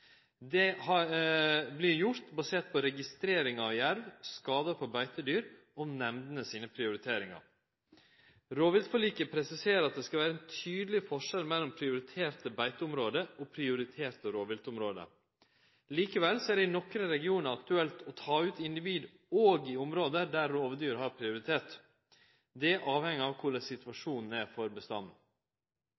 gjort basert på registreringar av jerv, skadar på beitedyr og nemndene sine prioriteringar. Rovviltforliket presiserer at det skal vere ein tydeleg forskjell mellom prioriterte beiteområde og prioriterte rovviltområde. Likevel er det i nokre regionar aktuelt å ta ut individ òg i område der rovdyr har prioritet. Dette avheng av korleis